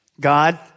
God